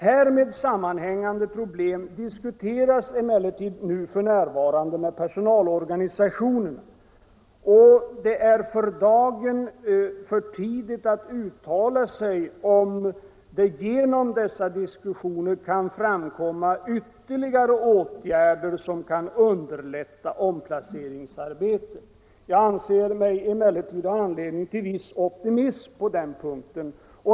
Härmed sammanhängande problem diskuteras emellertid f. n. med personalorganisationerna. Det är för dagen för tidigt att uttala sig om huruvida det genom dessa diskussioner kan framkomma ytterligare åtgärder som kan underlätta omplaceringsarbetet. Jag anser mig emellertid ha anledning till viss optimism på den punkten.